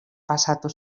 pasatu